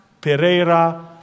Pereira